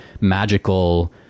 magical